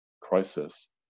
crisis